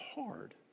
hard